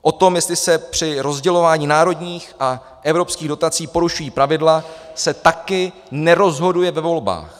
O tom, jestli se při rozdělování národních a evropských dotací porušují pravidla, se taky nerozhoduje ve volbách.